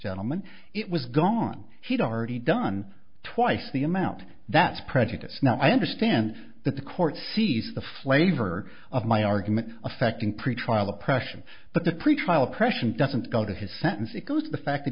gentleman it was gone he'd already done twice the amount that's prejudice now i understand that the court sees the flavor of my argument affecting pretrial oppression but the pretrial oppression doesn't go to his sentence it goes the fact that